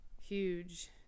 huge